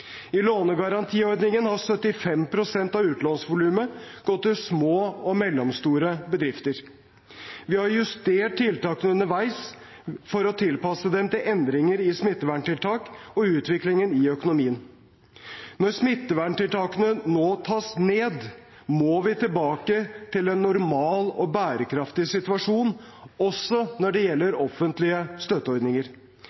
I lånegarantiordningen har 75 pst. av utlånsvolumet gått til små og mellomstore bedrifter. Vi har justert tiltakene underveis for å tilpasse dem endringer i smitteverntiltak og utviklingen i økonomien. Når smitteverntiltakene nå tas ned, må vi tilbake til en normal og bærekraftig situasjon, også når det